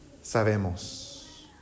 sabemos